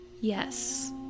Yes